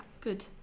Good